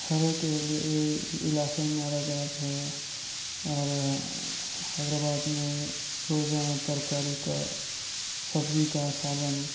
ہر ایک کے لئے ایر علاقے میں الگ الگ ہے اور حیدر آباد میں روزانہ ترکاری کا سبزی کا سالن